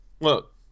Look